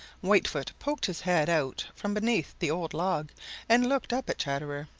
whitefoot poked his head out from beneath the old log and looked up at chatterer.